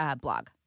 blog